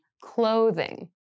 clothing